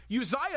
Uzziah